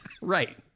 Right